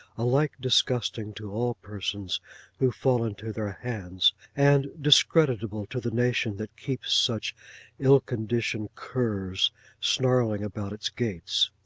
alike disgusting to all persons who fall into their hands, and discreditable to the nation that keeps such ill-conditioned curs snarling about its gates.